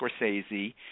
Scorsese